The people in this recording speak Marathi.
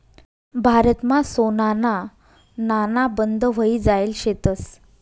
भारतमा सोनाना नाणा बंद व्हयी जायेल शेतंस